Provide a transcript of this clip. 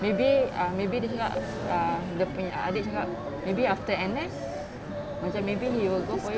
maybe um maybe dia cakap err dia punya adik cakap maybe after N_S macam maybe he will go for you